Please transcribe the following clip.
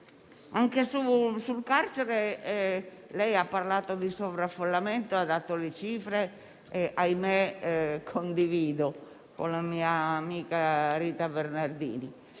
delle carceri lei ha parlato di sovraffollamento, ha dato le cifre, che - ahimè - condivido con la mia amica Rita Bernardini.